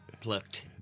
plucked